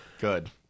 Good